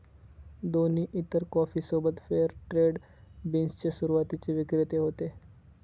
दोन्ही इतर कॉफी सोबत फेअर ट्रेड बीन्स चे सुरुवातीचे विक्रेते होते